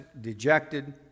dejected